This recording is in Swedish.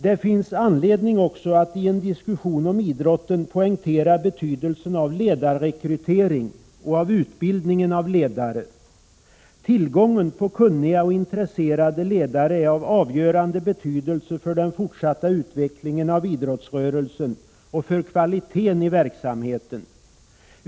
Det finns anledning att i en diskussion om idrotten poängtera betydelsen avledarrekrytering och av utbildningen av ledare. Tillgången på kunniga och intresserade ledare är av avgörande betydelse för den fortsatta utvecklingen av idrottsrörelsen och för kvaliteten i verksamheten.